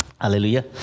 Hallelujah